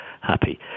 happy